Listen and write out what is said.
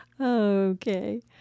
Okay